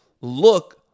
look